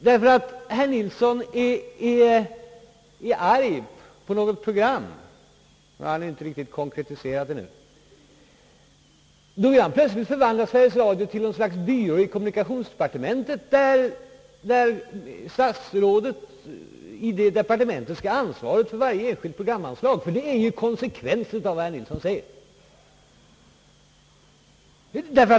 Därför att herr Nilsson är arg på något program — han har inte riktigt konkretiserat det ännu — vill han plötsligt förvandla Sveriges Radio till något slags byrå i kommunikationsdepartementet och vill att statsrådet i departementet skall ha ansvaret för varje enskilt programinslag. Det är ju konsekvensen av vad herr Nilsson säger.